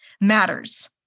matters